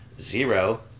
zero